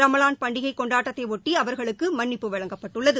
ரமலான் பண்டிகை கொண்டாட்டத்தை ஒட்டி அவர்களுக்கு மன்னிப்பு வழங்கப்பட்டுள்ளது